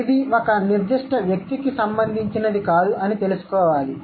ఇది ఒక నిర్దిష్ట వ్యక్తికి సంబంధించినది కాదు అని తెలుసుకోవాలి